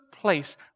place